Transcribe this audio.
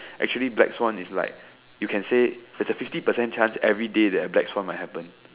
actually black Swan is like you can say there's a fifty percent chance everyday that a black Swan might happen